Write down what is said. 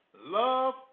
love